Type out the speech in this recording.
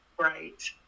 Right